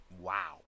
Wow